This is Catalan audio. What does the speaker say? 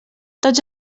tots